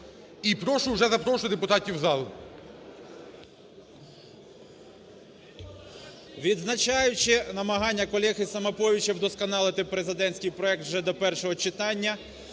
І прошу вже запрошувати депутатів у зал.